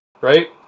Right